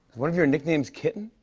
one of your nicknames kitten?